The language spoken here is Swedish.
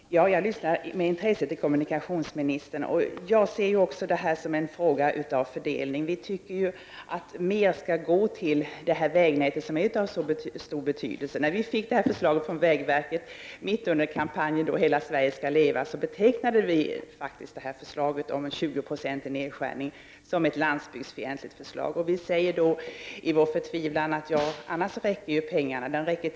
Fru talman! Jag lyssnar med intresse till kommunikationsministern. Jag ser också det här som en fråga om fördelning. Vi tycker att en större andel av pengarna skall gå till detta vägnät som är av så stor betydelse. När vi mitt under kampanjen Hela Sverige skall leva fick del av förslaget från vägverket betecknade vi detta förslag om en nedskärning av anslagen med 20 70 som ett landsbygdsfientligt förslag. I vår förtvivlan säger vi att pengarna minsann räcker till annars.